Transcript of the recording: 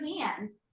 hands